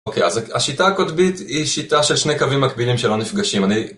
אוקיי, אז השיטה הקוטבית היא שיטה של שני קווים מקבילים שלא נפגשים. אני